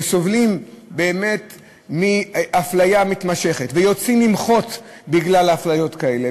שסובלים באמת מאפליה מתמשכת ויוצאים למחות בגלל אפליות כאלה,